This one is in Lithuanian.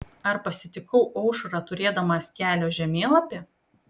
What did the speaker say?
ar pasitikau aušrą turėdamas kelio žemėlapį